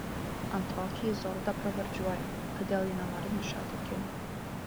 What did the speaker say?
antrokę izoldą pravardžiuoja todėl ji nenori nešioti akinių